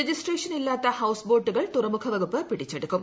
registration ഇല്ലാത്ത് house ബോട്ടുകൾ തുറമുഖവകുപ്പ് പിടിച്ചെടുക്കും